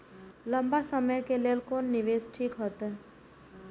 लंबा समय के लेल कोन निवेश ठीक होते?